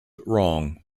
wrong